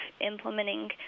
implementing